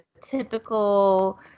typical